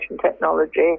technology